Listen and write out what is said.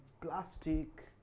plastic